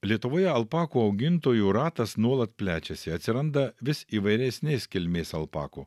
lietuvoje alpakų augintojų ratas nuolat plečiasi atsiranda vis įvairesnės kilmės alpakų